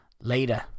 Later